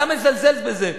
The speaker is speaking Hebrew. אתה מזלזל בזה.